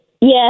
Yes